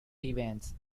events